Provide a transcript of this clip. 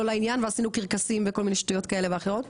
לעניין ועשינו קרקסים וכל מיני שטויות כאלה ואחרות,